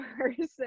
person